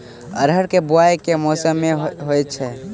अरहर केँ बोवायी केँ मौसम मे होइ छैय?